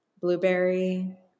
blueberry